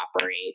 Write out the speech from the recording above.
operate